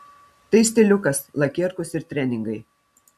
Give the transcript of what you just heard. tai stiliukas lakierkos ir treningai